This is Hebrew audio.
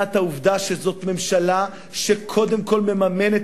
מבחינת העובדה שזאת ממשלה שקודם כול מממנת